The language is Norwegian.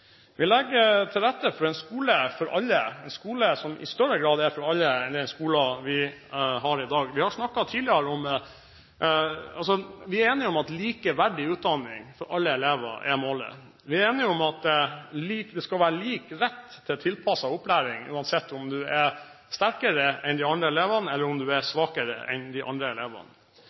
Vi legger til rette for en skole for alle, en skole som i større grad er for alle enn den skolen vi har i dag. Vi er enige om at likeverdig utdanning for alle elever er målet. Vi er enige om at det skal være lik rett til tilpasset opplæring, uansett om du er sterkere enn de andre elevene, eller om du er svakere enn de andre elevene.